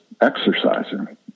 exercising